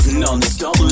non-stop